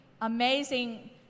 amazing